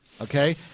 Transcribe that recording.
okay